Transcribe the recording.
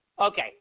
Okay